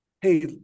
hey